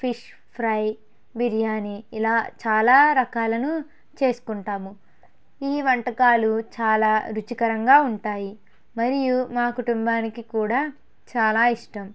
fish fry biryani ఇలా చాలా రకాలను చేసుకుంటాము ఈ వంటకాలు చాలా రుచికరంగా ఉంటాయి మరియు మా కుటుంబానికి కూడా చాలా ఇష్టం